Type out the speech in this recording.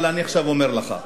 אבל אני עכשיו אומר לך,